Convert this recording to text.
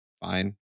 Fine